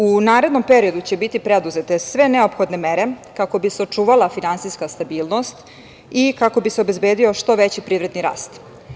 U narednom periodu će biti preduzete sve neophodne mere kako bi se očuvala finansijska stabilnost i kako bi se obezbedio što veći privredni rast.